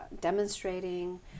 demonstrating